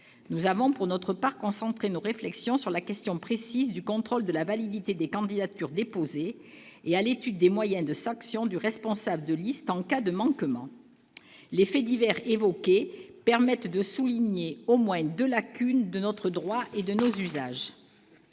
Nous avons pour notre part concentré nos réflexions sur la question précise du contrôle de la validité des candidatures déposées et sur l'étude des sanctions du responsable de liste en cas de manquement. Les faits divers évoqués permettent de mettre en évidence au moins deux lacunes de notre droit et de nos usages.